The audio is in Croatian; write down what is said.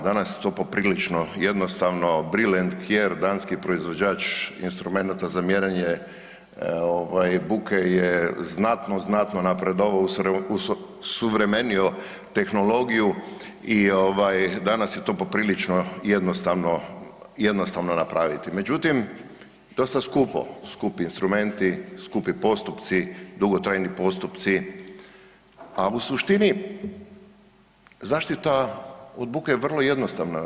Danas je to poprilično jednostavno Bruel & Kjaer danski proizvođač instrumenata za mjerenje ovaj buke je znatno, znatno napredovao, osuvremenio tehnologiju i ovaj danas je to poprilično jednostavno, jednostavno napraviti međutim dosta skupo, skupi instrumenti, skupi postupci, dugotrajni postupci, a u suštini zaštita od buke je vrlo jednostavna.